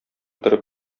торып